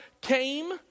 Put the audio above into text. came